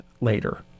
later